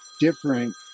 different